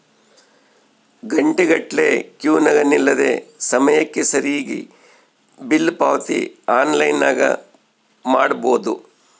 ಘಂಟೆಗಟ್ಟಲೆ ಕ್ಯೂನಗ ನಿಲ್ಲದೆ ಸಮಯಕ್ಕೆ ಸರಿಗಿ ಬಿಲ್ ಪಾವತಿ ಆನ್ಲೈನ್ನಾಗ ಮಾಡಬೊದು